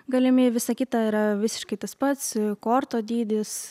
galimi visa kita yra visiškai tas pats korto dydis